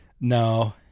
No